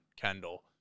Kendall